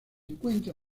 encuentra